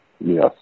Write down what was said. Yes